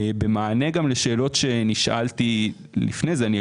במענה לשאלות שנשאלתי לפני כן,